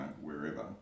wherever